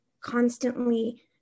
constantly